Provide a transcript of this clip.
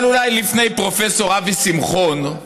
אבל אולי לפני פרופ' אבי שמחון,